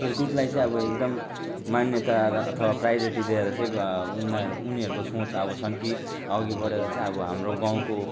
खेलकुदलाई चाहिँ अब एकदम मान्यता र अथवा प्रायोरिटी दिएर चाहिँ उनीहरू उनीहरूको सोच अब छन् कि अघि बढेर चाहिँ अब हाम्रो गाउँको